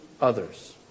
others